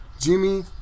Jimmy